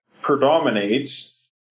predominates